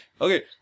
Okay